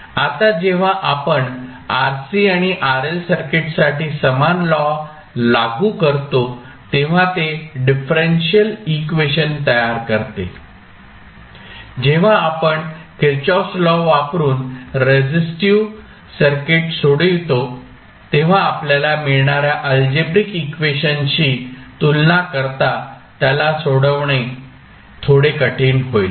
आता जेव्हा आपण RC आणि RL सर्किट्ससाठी समान लॉ लागू करतो तेव्हा ते डिफरेंशियल इक्वेशन तयार करते जेव्हा आपण किर्चॉफ्स लॉ वापरुन रेसिस्टीव्ह सर्किट सोडवितो तेव्हा आपल्याला मिळणाऱ्या अल्जेब्रिक इक्वेशनशी तुलना करता त्याला सोडवणे थोडे कठीण होईल